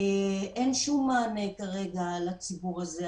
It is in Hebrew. כרגע אין שום מענה לציבור הזה.